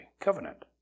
covenant